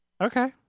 Okay